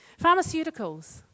Pharmaceuticals